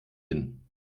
hin